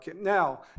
Now